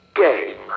game